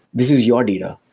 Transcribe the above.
this is your data.